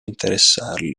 interessarli